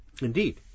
Indeed